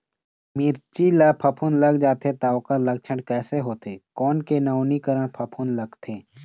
मिर्ची मा फफूंद लग जाथे ता ओकर लक्षण कैसे होथे, कोन के नवीनीकरण फफूंद लगथे?